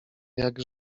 jak